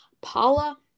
Paula